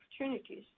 opportunities